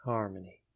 Harmony